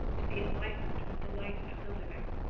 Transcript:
to be enlightened with the light of the living.